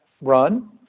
run